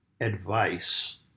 advice